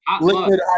liquid